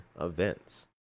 Events